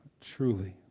truly